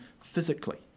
physically